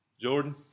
Jordan